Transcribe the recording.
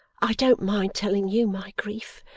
i don't mind telling you my grief,